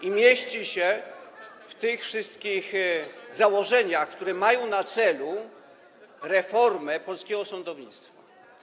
i mieści się w tych wszystkich założeniach, które mają na celu reformę polskiego sądownictwa.